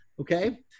okay